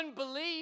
unbelief